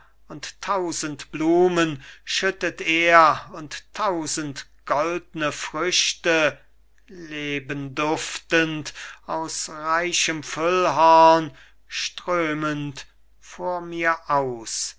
tausend blumen schüttet er und tausend goldne früchte lebenduftend aus reichem füllhorn strömend vor mir aus